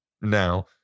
now